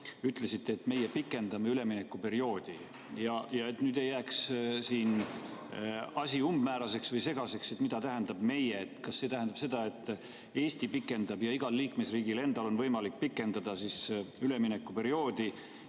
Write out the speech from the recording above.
ütlesite, et meie pikendame üleminekuperioodi. Et asi ei jääks umbmääraseks või segaseks, küsin, mida tähendab "meie". Kas see tähendab seda, et Eesti pikendab, ja igal liikmesriigil endal on võimalik pikendada üleminekuperioodi